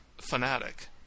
Fanatic